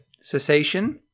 cessation